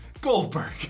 Goldberg